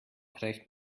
erreicht